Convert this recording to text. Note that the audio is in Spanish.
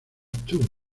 tour